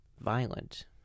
violent